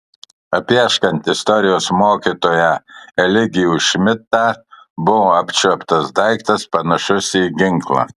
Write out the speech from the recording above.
apieškant istorijos mokytoją eligijų šmidtą buvo apčiuoptas daiktas panašus į ginklą